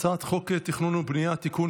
הצעת חוק התכנון והבנייה (תיקון,